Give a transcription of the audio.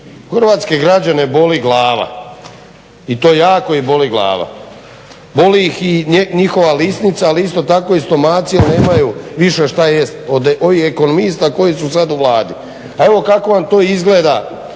hrvatske građane boli glava i to jako ih boli glava. Boli ih i njihova lisnica ali isto tako i stomaci jer nemaju više šta jest od ovih ekonomista koji su sad u Vladi. A evo kako vam to izgleda